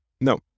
No